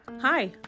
hi